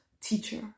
teacher